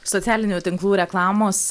socialinių tinklų reklamos